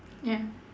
ya